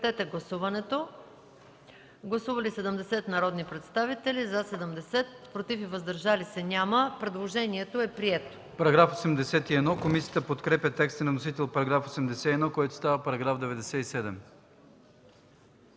който става § 99. Гласували 72 народни представители: за 72, против и въздържали се няма. Предложението е прието.